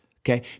Okay